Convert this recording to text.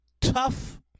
tough